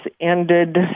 ended